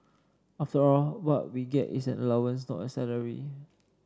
after all what we get is an allowance not a salary